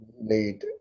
need